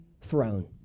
throne